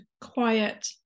quiet